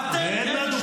אתם, אתם אלה שבוגדים.